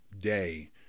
day